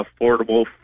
affordable